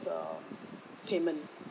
uh payment